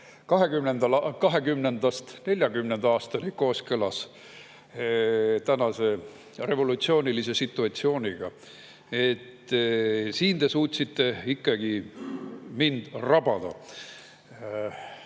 1940. aastani ka kooskõlas tänase revolutsioonilise situatsiooniga. Siin te suutsite mind ikkagi rabada.